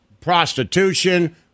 prostitution